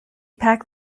packed